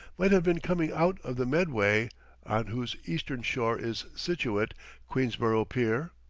might have been coming out of the medway, on whose eastern shore is situate queensborough pier?